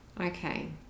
Okay